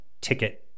ticket